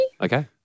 Okay